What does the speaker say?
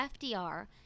FDR